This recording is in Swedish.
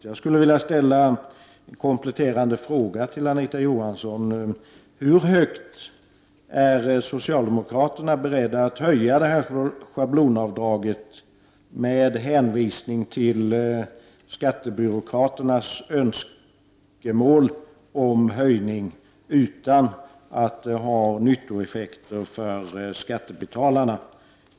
Jag skulle vilja ställa en kompletterande fråga till Anita Johansson: Hur högt är socialdemokraterna beredda att höja schablonavdraget med hänvisning till skattebyråkraternas önskemål om höjning utan att det har nyttoeffekter för skattebetalarna?